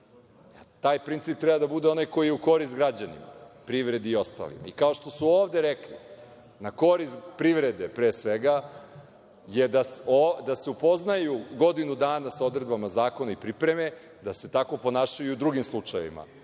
Taj princip treba da bude onaj koji je u korist građanima, privredi i ostalima. I kao što su ovde rekli – na korist privrede, pre svega, je da se upoznaju godinu dana sa odredbama zakona i pripreme, da se tako ponašaju i u drugim slučajevima,